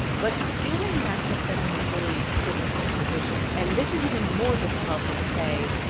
but doing that puts them in a really difficult position. and this is even more difficult than, say,